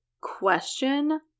question